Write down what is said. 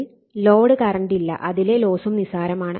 അതിലെ ലോസും നിസ്സാരമാണ്